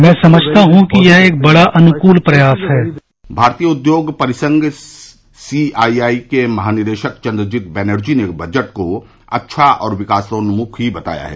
मैं समझता हूँ कि यह एक बड़ा अनुकूल प्रयास है भारतीय उद्योग परिसंघ सीआईआई के महानिदेशक चन्द्रजीत बैनर्जी ने बजट को अच्छा और विकासोन्मुखी बताया है